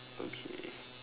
okay